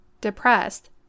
depressed